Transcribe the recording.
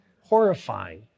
horrifying